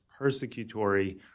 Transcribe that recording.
persecutory